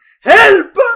HELP